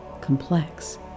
complex